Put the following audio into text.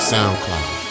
Soundcloud